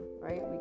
right